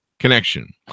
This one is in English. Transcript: Connection